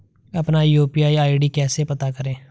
अपना UPI ID कैसे पता करें?